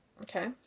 Okay